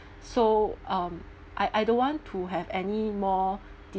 so um I I don't want to have any more